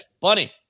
Bunny